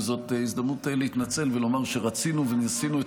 וזאת ההזדמנות להתנצל ולומר שרצינו וניסינו את